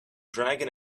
dragon